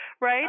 right